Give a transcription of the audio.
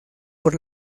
por